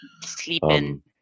sleeping